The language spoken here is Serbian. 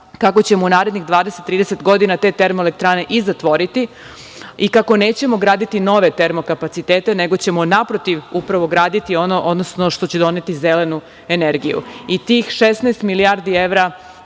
kako ćemo u narednih 20, 30 godina te termoelektrane i zatvoriti i kako nećemo graditi nove termo kapacitete, nego ćemo naprotiv upravo graditi ono, odnosno što će doneti zelenu energiju. Tih 16 milijardi evra